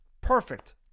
Perfect